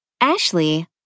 Ashley